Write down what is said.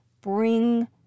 bring